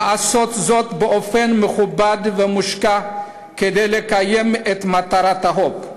לעשות זאת באופן מכובד ומושקע כדי לקיים את מטרת החוק,